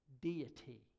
deity